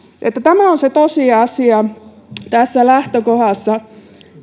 tämä on se tosiasia tässä lähtökohdassa